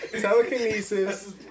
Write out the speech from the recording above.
telekinesis